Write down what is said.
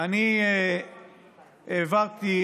אני חייב לומר,